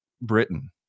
Britain